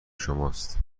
شماست